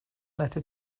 letter